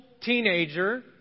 teenager